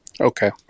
okay